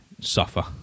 suffer